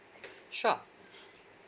sure